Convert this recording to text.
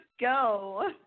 go